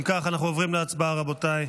אם כך, אנחנו עוברים להצבעה, רבותיי.